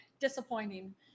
Disappointing